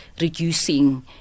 reducing